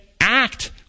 act